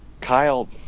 Kyle